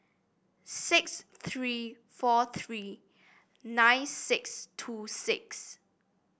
six three four three nine six two six